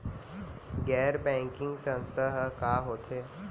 गैर बैंकिंग संस्था ह का होथे?